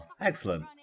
excellent